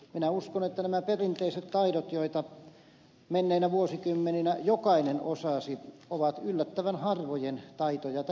minä uskon että nämä perinteiset taidot joita menneinä vuosikymmeninä jokainen osasi ovat yllättävän harvojen taitoja tänä päivänä